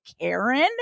Karen